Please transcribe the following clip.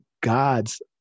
God's